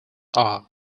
are